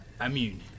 immune